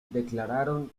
declararon